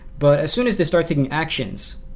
but as soon as they start taking actions,